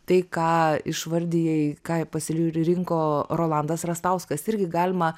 tai ką išvardijai ką pasirinko rolandas rastauskas irgi galima